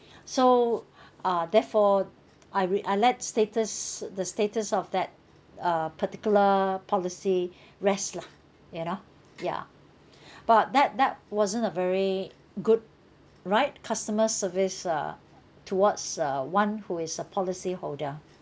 so uh therefore I re~ I let status the status of that uh particular policy rest lah you know ya but that that wasn't a very good right customer service uh towards uh one who is a policyholder